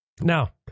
Now